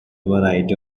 variety